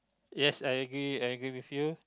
yes I agree I agree with you